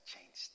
changed